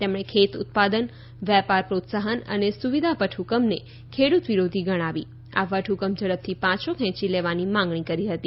તેમણે ખેત ઉત્પાદન વેપાર પ્રોત્સાહન અને સુવિધા વટહ્કમને ખેડૂત વિરોધી ગણાવી આ વટહ્કમ ઝડપથી પાછો ખેંચી લેવાની માંગણી કરી હતી